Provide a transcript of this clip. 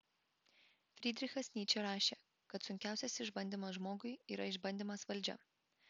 frydrichas nyčė rašė kad sunkiausias išbandymas žmogui yra išbandymas valdžia